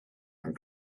and